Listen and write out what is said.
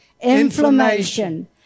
inflammation